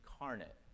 incarnate